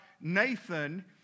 Nathan